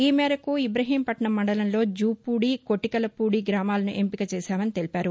ఈ మేరకు ఇబ్రహీంపట్నం మండలంలో జూపూడి కొటికలపూడి గ్రామాలను ఎంపిక చేశామని తెలిపారు